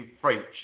French